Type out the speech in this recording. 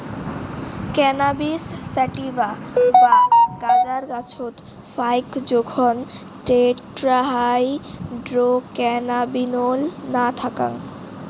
cannabis sativa বা গাঁজার গছত ফাইক জোখন টেট্রাহাইড্রোক্যানাবিনোল না থাকং